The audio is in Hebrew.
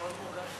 אמרו: